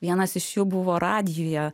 vienas iš jų buvo radijuje